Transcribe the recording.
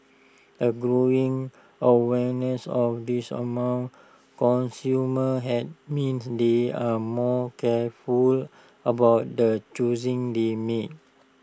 A growing awareness of this among consumers had means they are more careful about the choosing they make